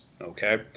Okay